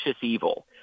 evil